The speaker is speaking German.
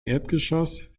erdgeschoss